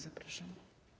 Zapraszam.